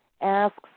asks